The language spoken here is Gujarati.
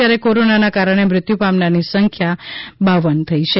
જ્યારે કોરોનાના કારણે મૃત્યુ પામનારની સંખ્યા પર થઈ છે